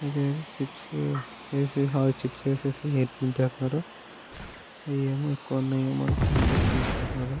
అదే చిప్స్ వేసి ఆ చిప్స్ వేసేసి ఎయిర్ నింపేస్తున్నారు రవి ఏమో ఎక్కువ ఉన్నాయని అందరూ తీసుకుంటున్నారు